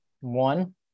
One